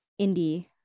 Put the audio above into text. indie